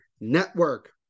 Network